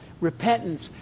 repentance